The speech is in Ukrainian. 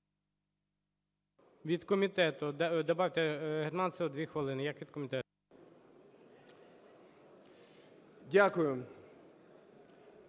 Дякую.